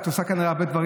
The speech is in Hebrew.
את עושה כאן הרבה דברים,